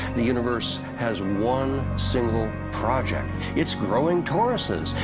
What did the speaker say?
the universe has one single project it's growing toruses!